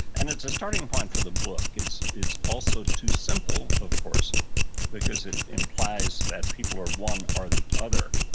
and it's a starting point for the book. it's it's also too simple of course because it implies that people are one or the other.